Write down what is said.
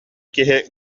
киһи